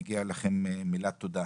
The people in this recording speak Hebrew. מגיעות לכם מילות תודה.